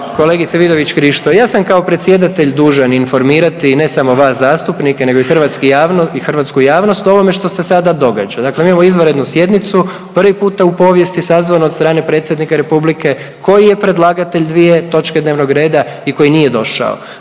Kolegice Vidović Krišto, ja sam kao predsjedatelj dužan informirati i ne samo vas zastupnike, nego i hrvatsku javnost o ovome što se sada događa. Dakle mi imamo izvanrednu sjednicu, prvi puta u povijesti sazvanu od strane predsjednika Republike koji je predlagatelj dvije točke dnevnog reda i koji nije došao.